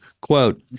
Quote